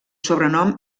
sobrenom